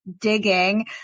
digging